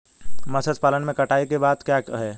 मत्स्य पालन में कटाई के बाद क्या है?